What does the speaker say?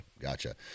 Gotcha